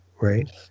right